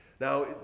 Now